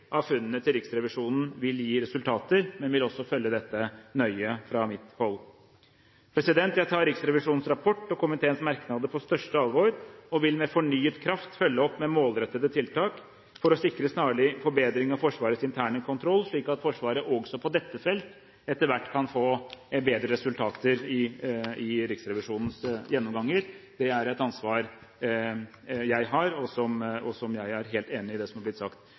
av funnene til Riksrevisjonen vil gi resultater, men vil også følge dette nøye fra mitt hold. Jeg tar Riksrevisjonens rapport og komiteens merknader på største alvor og vil med fornyet kraft følge opp med målrettede tiltak for å sikre snarlig forbedring av Forsvarets interne kontroll, slik at Forsvaret også på dette felt etter hvert kan få bedre resultater i Riksrevisjonens gjennomganger. Det er et ansvar jeg har, og jeg er helt enig i det som er blitt sagt.